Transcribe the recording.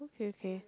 okay okay